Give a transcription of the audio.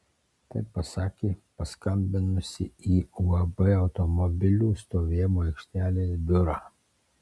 tai pasakė paskambinusi į uab automobilių stovėjimo aikštelės biurą